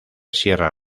sierra